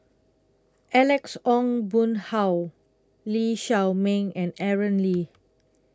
Alex Ong Boon Hau Lee Shao Meng and Aaron Lee